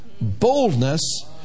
boldness